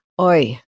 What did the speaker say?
Oi